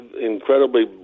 incredibly